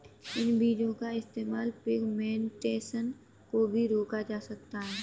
इन बीजो का इस्तेमाल पिग्मेंटेशन को भी रोका जा सकता है